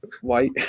White